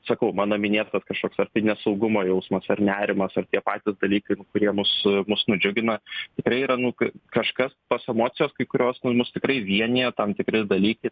sakau mano minėtas kažkoks ar nesaugumo jausmas ar nerimas ar tie patys dalykai kurie mus musnudžiugina tikrai yra nu kai kažkas tos emocijos kai kurios nu mus tikrai vienija tam tikri dalykai